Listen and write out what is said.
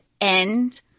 end